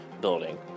building